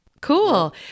Cool